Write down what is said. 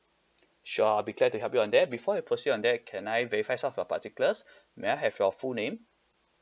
sure I'll be glad to help you on that before we proceed on that can I verify some of your particulars may I have your full name